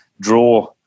draw